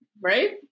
right